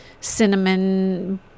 cinnamon